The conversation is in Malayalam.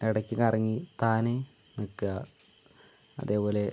ഇടക്ക് കറങ്ങി താനെ നിൽക്കുക അതേപോലെ